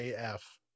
AF